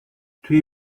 توی